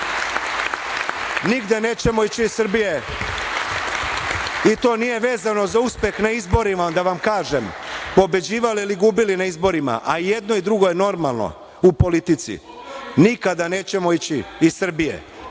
nećemo ići iz Srbije i to nije vezano za uspeh na izborima, da vam kažem, pobeđivali ili gubili na izborima, a i jedno i drugo je normalno u politici. Nikada nećemo ići iz Srbije.